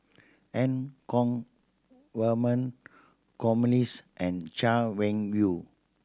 Eu Kong Vernon and Chay Weng Yew